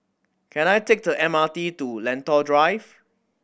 can I take the M R T to Lentor Drive